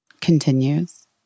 Continues